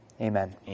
Amen